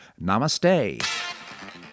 Namaste